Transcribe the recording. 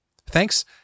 Thanks